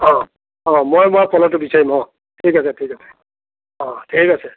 অঁ অঁ মই মই পলহটো বিচাৰি লওঁ ঠিক আছে ঠিক আছে অঁ ঠিক আছে